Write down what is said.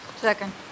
Second